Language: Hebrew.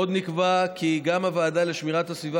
עוד נקבע כי גם הוועדה לשמירת הסביבה